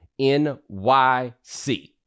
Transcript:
NYC